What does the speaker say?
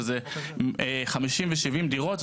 שזה 50 ו-70 דירות,